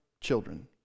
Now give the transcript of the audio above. children